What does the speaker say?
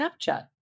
Snapchat